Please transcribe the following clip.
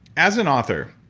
as an author,